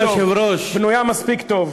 בנויה מספיק טוב.